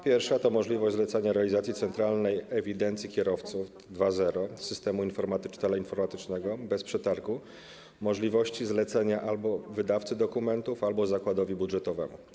Pierwsza to możliwość zlecenia realizacji centralnej ewidencji kierowców 2.0, systemu teleinformatycznego, bez przetargu, możliwość zlecenia albo wydawcy dokumentów, albo zakładowi budżetowemu.